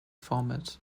format